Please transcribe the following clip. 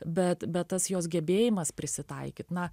bet bet tas jos gebėjimas prisitaikyt na